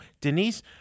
Denise